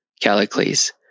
Callicles